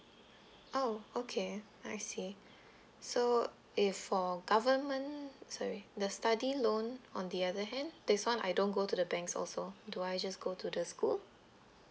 oh okay I see so if for government sorry the study loan on the other hand this one I don't go to the banks also do I just go to the school